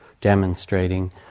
demonstrating